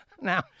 Now